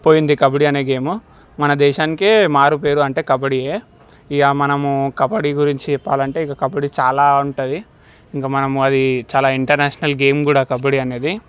పోయింది కబడ్డీ అనే గేమ్ మన దేశానికే మారుపేరు అంటే కబడ్డీయే ఇక మనం కబడ్డీ గురించి చెప్పాలంటే ఇగ కబడ్డీ చాలా ఉంటది ఇంక మనం అది చాలా ఇంటర్నేషనల్ గేమ్ కూడా కబడ్డీ అనేది